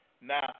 Now